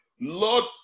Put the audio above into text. Lord